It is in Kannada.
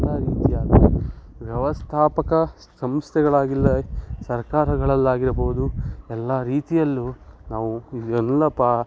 ಎಲ್ಲ ರೀತಿಯ ವ್ಯವಸ್ಥಾಪಕ ಸಂಸ್ಥೆಗಳಾಗಿಲ್ಲ ಸರ್ಕಾರಗಳಲ್ಲಾಗಿರ್ಬೋದು ಎಲ್ಲ ರೀತಿಯಲ್ಲೂ ನಾವು ಇವೆಲ್ಲ ಪಾ